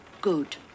good